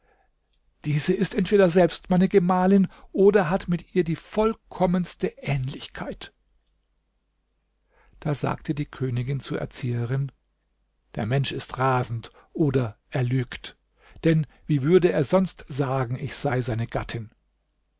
diese ist entweder selbst meine gemahlin oder hat mit ihr die vollkommenste ähnlichkeit da sagte die königin zur erzieherin der mensch ist rasend oder er lügt denn wie würde er sonst sagen ich sei seine gattin